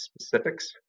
specifics